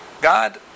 God